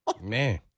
Man